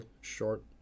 short